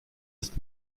ist